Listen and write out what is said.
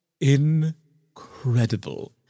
Incredible